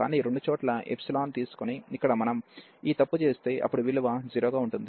కానీ రెండు చోట్ల ఎప్సిలాన్ తీసుకొని ఇక్కడ మనం ఈ తప్పు చేస్తే అప్పుడు విలువ 0 గా ఉంటుంది